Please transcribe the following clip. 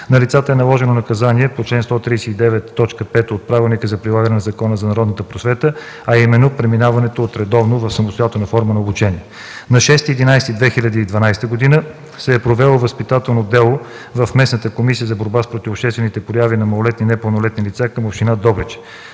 На лицата е наложено наказание по чл. 139, т. 5 от Правилника за прилагане на Закона за народната просвета, а именно преминаването от редовно в самостоятелна форма на обучение. На 6 ноември 2012 г. се е провело възпитателно дело в местната Комисия за борба с противообществените прояви на малолетни и непълнолетни лица към община Добрич.